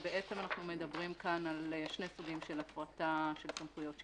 כשבעצם אנחנו מדברים כאן על שני סוגי של הפרטה של סמכויות שלטוניות.